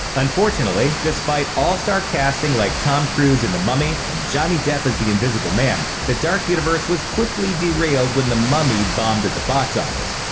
unfortunately, despite all-star casting like tom cruise in the mummy and johnny depp as the the invisible man, the dark universe was quickly derailed when the mummy bombed at the box office.